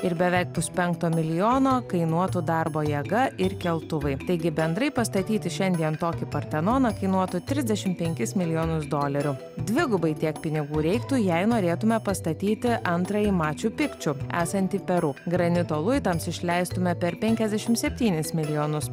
ir beveik puspenkto milijono kainuotų darbo jėga ir keltuvai taigi bendrai pastatyti šiandien tokį partenoną kainuotų trisdešim penkis milijonus dolerių dvigubai tiek pinigų reiktų jei norėtume pastatyti antrąjį maču pikču esantį peru granito luitams išleistume per penkiasdešim septynis milijonus